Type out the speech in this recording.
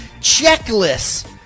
checklists